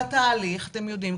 בתהליך אתם יודעים,